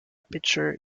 picture